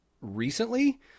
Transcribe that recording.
recently